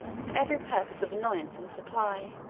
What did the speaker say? for every purpose of annoyance and supply.